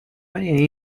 many